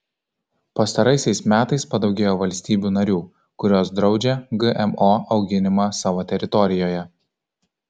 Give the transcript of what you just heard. pastaraisiais metais padaugėjo valstybių narių kurios draudžia gmo auginimą savo teritorijoje